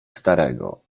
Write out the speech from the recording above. starego